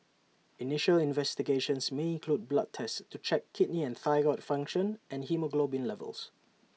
initial investigations may include blood tests to check kidney and thyroid function and haemoglobin levels